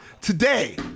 Today